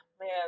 man